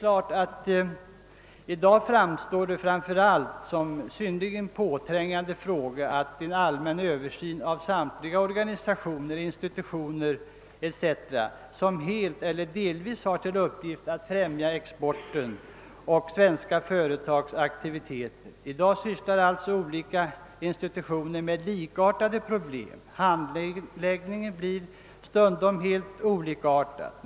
I dag framstår framför allt som synnerligen påträngande en allmän Ööver syn av samtliga organisationer, institutioner etc. som helt eller delvis har till uppgift att främja exporten och svenska företags aktivitet. I dag sysslar olika institutioner med likartade problem. Handläggningen blir stundom helt olikartad.